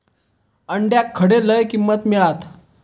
अंड्याक खडे लय किंमत मिळात?